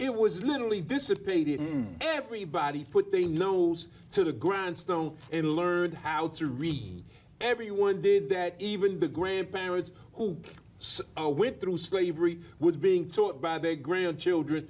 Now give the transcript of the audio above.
it was literally dissipated everybody put they know to the grindstone and learned how to read everyone did that even the grandparents who are whipped through slavery was being taught by their grandchildren